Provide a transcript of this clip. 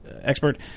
expert